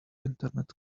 internet